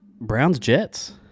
Browns-Jets